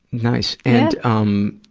nice. and, um,